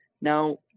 now